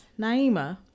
Naima